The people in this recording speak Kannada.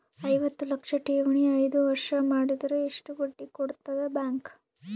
ಐವತ್ತು ಲಕ್ಷ ಠೇವಣಿ ಐದು ವರ್ಷ ಮಾಡಿದರ ಎಷ್ಟ ಬಡ್ಡಿ ಕೊಡತದ ಬ್ಯಾಂಕ್?